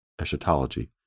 eschatology